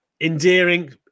endearing